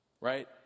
right